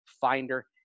Finder